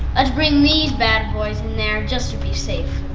let's bring these bad boys in there just to be safe.